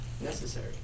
Necessary